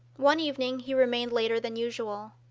one evening he remained later than usual.